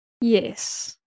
Yes